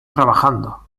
trabajando